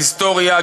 היסטוריה,